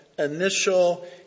Initial